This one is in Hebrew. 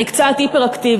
אני קצת היפראקטיבית,